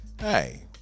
hey